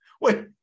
Wait